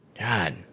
God